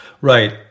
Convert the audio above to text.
Right